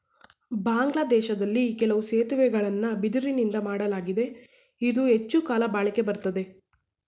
ಬಾಂಗ್ಲಾದೇಶ್ದಲ್ಲಿ ಕೆಲವು ಸೇತುವೆಗಳನ್ನ ಬಿದಿರುನಿಂದಾ ಮಾಡ್ಲಾಗಿದೆ ಇದು ಹೆಚ್ಚುಕಾಲ ಬಾಳಿಕೆ ಬರ್ತದೆ